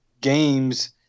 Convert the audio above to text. games